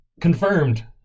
Confirmed